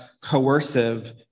coercive